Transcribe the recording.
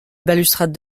balustrade